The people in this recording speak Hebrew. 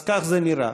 אז כך זה נראה.